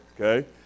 okay